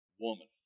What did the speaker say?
woman